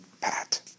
pat